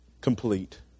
complete